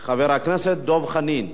מה אתה, חבר הכנסת דב חנין.